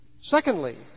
Secondly